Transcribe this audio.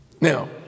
Now